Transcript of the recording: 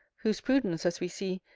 whose prudence, as we see,